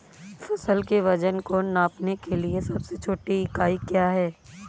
फसल के वजन को नापने के लिए सबसे छोटी इकाई क्या है?